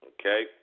okay